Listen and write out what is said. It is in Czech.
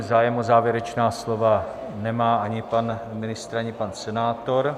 Zájem o závěrečná slova nemá ani pan ministr, ani pan senátor.